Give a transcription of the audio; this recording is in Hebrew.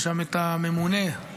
יש שם את הממונה, אגב,